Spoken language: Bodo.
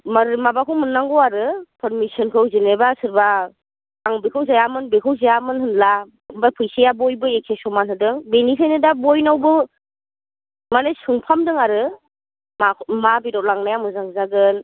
मार माबाखौ मोननांगौ आरो पारमिसनखौ जेनेबा सोरबा आं बेखौ जायामोन बेखौ जायामोन होनला ओमफ्राय फैसाया बयबो एके समान होदों बेनिखायनो दा बयनावबो मानि सोंफामदों आरो माखौ मा बेदर लांनाया मोजां जागोन